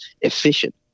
efficient